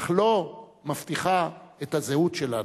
אך לא מבטיחה את הזהות שלנו.